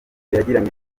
yagiranye